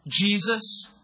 Jesus